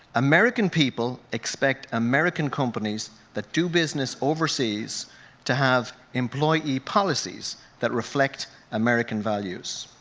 american people expect american companies that do business overseas to have employee policies that reflect american values.